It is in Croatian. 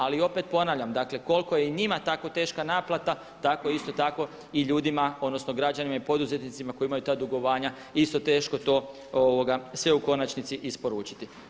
Ali opet ponavljam, dakle koliko je i njima tako teška naplata tako isto tako i ljudima, odnosno građanima i poduzetnicima koji imaju ta dugovanja je isto teško to sve u konačnici isporučiti.